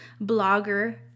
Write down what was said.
blogger